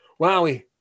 Wowie